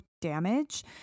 damage